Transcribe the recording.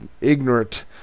ignorant